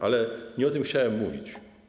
Ale nie o tym chciałbym mówić.